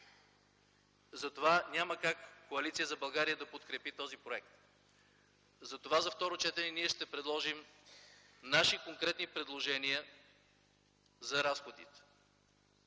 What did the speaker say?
Затова няма как Коалиция за България да подкрепи този проект. Затова за второ четене ние ще предложим наши конкретни предложения за разходите,